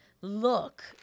look